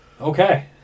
Okay